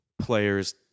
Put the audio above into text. players